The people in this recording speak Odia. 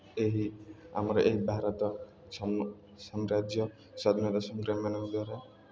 ଏହି ଆମର ଏ ଭାରତ ସାମ୍ରାଜ୍ୟ ସ୍ୱାଧିନତା ସଂଗ୍ରାମୀମାନଙ୍କ ଦ୍ୱାରା